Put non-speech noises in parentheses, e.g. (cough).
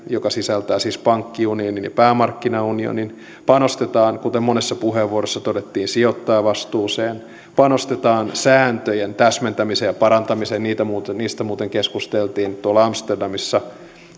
(unintelligible) joka sisältää siis pankkiunionin ja päämarkkinaunionin panostetaan kuten monessa puheenvuorossa todettiin sijoittajavastuuseen panostetaan sääntöjen täsmentämiseen ja parantamiseen niistä muuten niistä muuten keskusteltiin tuolla amsterdamissa